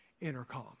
intercom